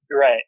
Right